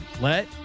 let